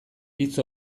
hitz